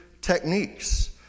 techniques